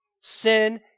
Sin